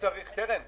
קרן,